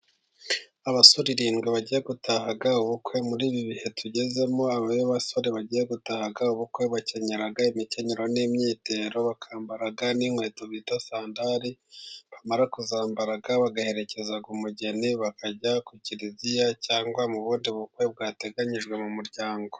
Abasore barindwi bagiye gutaha ubukwe, muri ibi bihe tugezemo iyo abasore bagiye gutaha ubukwe bakenyera imikenyero n'imyitero bakambara n'inkweto bita sandari, bamara kuzambara bagaherekeza umugeni bakajya ku kiliziya, cyangwa mu bundi bukwe bwateganyijwe mu muryango.